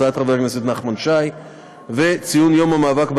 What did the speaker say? הצעת חבר הכנסת נחמן שי,